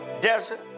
desert